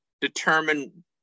determine